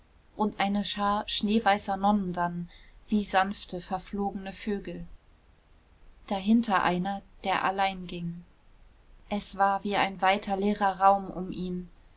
und eine schar schneeweißer nonnen dann wie sanfte verflogene vögel dahinter einer der allein ging es war wie ein weiter leerer raum um ihn